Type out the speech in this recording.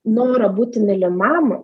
noro būti mylimam